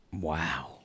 Wow